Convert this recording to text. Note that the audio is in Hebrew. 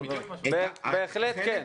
בהחלט כן.